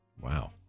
Wow